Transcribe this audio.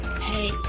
Hey